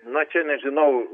na čia nežinau